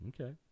Okay